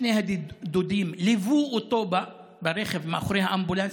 שני הדודים ליוו אותו מאחורי הרכב באמבולנס,